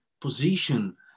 position